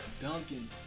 Duncan